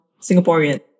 Singaporean